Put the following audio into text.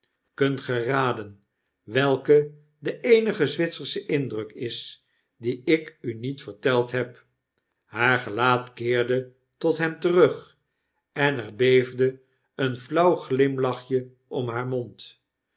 kunt ge raden welke de eenige zwitsersche indruk is dien ik u niet verteld heb p haar gelaat keerde tot hem terug en er beefde een flauw glimlachje om haar mond